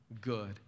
good